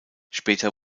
später